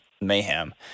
mayhem